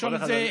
תרשום את זה.